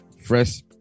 Fresh